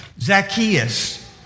Zacchaeus